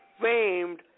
famed